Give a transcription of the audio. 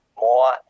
more